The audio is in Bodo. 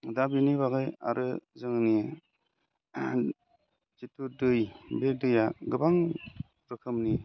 दा बेनि बागै आरो जोंनि जिथु दै बे दैया गोबां रोखोमनि